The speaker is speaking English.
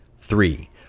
Three